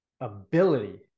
ability